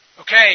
Okay